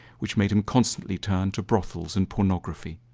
which made him constantly turn to brothels and pornography.